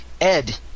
Ed